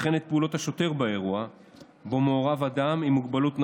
וכן את פעולות השוטר באירוע שבו מעורב אדם עם מוגבלות נפשית.